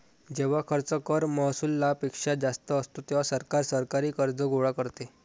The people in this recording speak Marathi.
जेव्हा खर्च कर महसुलापेक्षा जास्त असतो, तेव्हा सरकार सरकारी कर्ज गोळा करते